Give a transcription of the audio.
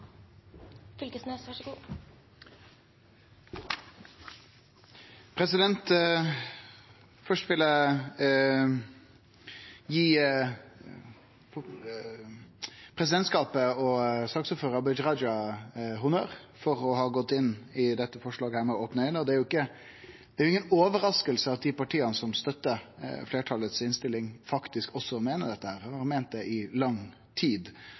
Først vil eg gi presidentskapet og Abid Q. Raja honnør for å ha gått inn i dette forslaget med opne auge. Det er inga overrasking at dei partia som støttar innstillinga frå fleirtalet, faktisk også meiner – og har meint det i lang tid